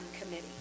Committee